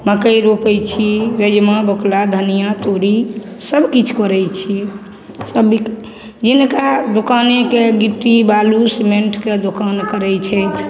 मकइ रोपै छी रजमा बोकला धनियाँ तोरी सबकिछु करै छी सब बिक जिनका दोकानेके गिट्टी बालू सिमेन्टके दोकान करै छथि